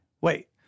Wait